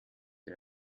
der